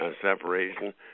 separation